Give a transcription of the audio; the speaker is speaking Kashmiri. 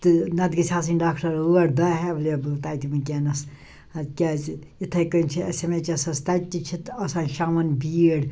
تہٕ نَتہٕ گٔژھۍ آسٕنۍ ڈاکٹر ٲٹھ دٔہ ایٚولیبٕل تتہِ وُنکیٚس ٲں کیٛازِ یِتھے کٔنی چھِ ایٚس ایٚم ایٚچ ایٚسَس تتہِ تہِ چھِ آسان شامَن بھیٖڑ